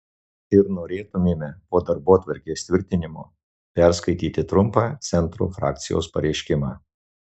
ir norėtumėme po darbotvarkės tvirtinimo perskaityti trumpą centro frakcijos pareiškimą